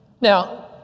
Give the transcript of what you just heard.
Now